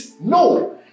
No